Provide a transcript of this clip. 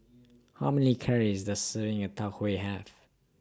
How Many Calories Does A Serving of Tau Huay Have